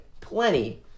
plenty